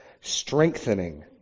strengthening